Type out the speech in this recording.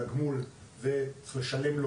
כל הגופים האלה